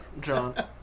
John